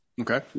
Okay